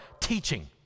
teaching